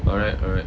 alright alright